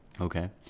Okay